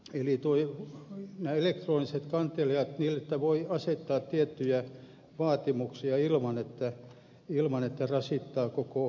eli nämä elektroniset kantelijat heille voi asettaa tiettyjä vaatimuksia ilman että rasittaa koko järjestelmää